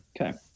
okay